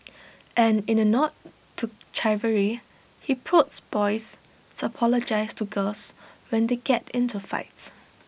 and in A nod to chivalry he prods boys apologise to girls when they get into fights